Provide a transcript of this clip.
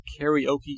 karaoke